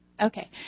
Okay